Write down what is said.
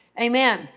Amen